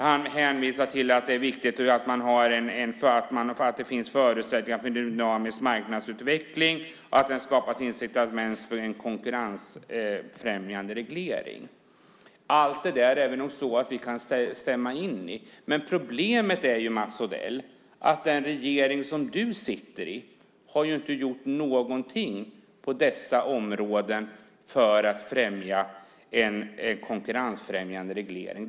Han hänvisar till att det är viktigt att det finns förutsättningar för en dynamisk marknadsutveckling och att det skapas incitament och en konkurrensfrämjande reglering. Allt det där kan vi stämma in i. Men problemet är, Mats Odell, att den regering som du sitter i inte har gjort någonting på dessa områden för en konkurrensfrämjande reglering.